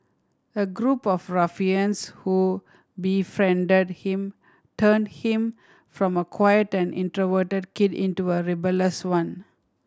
a group of ruffians who befriended him turned him from a quiet and introverted kid into a rebellious one